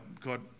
God